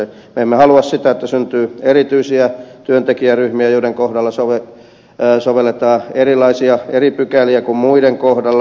me emme halua sitä että syntyy erityisiä työntekijäryhmiä joiden kohdalla sovelletaan eri pykäliä kuin muiden kohdalla